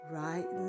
right